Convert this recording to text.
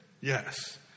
Yes